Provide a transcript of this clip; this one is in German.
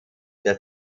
der